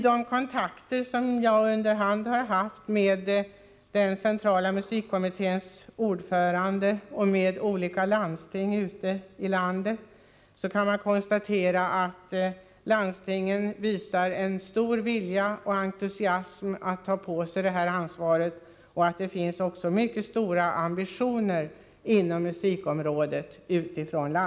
De kontakter som jag har haft under hand med den centrala musikkommitténs ordförande och med olika landsting i landet har visat att landstingen har en stor vilja och entusiasm att ta på sig detta ansvar och att de har mycket stora ambitioner inom musikområdet.